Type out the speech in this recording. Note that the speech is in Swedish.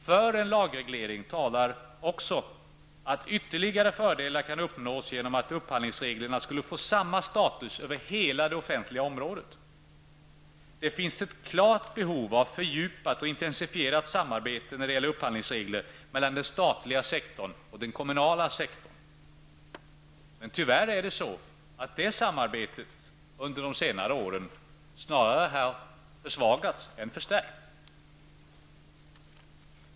För en lagreglering talar också att ytterligare fördelar kan uppnås genom att upphandlingsreglerna skulle få samma status över hela det offentliga området. Det finns ett klart behov av fördjupat och intensifierat samarbete när det gäller upphandlingsregler mellan den statliga sektorn och den kommunala sektorn. Men tyvärr har det samarbetet under senare år snarare försvagats än förstärkts.